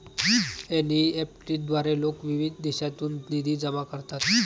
NEFT द्वारे लोक विविध देशांतून निधी जमा करतात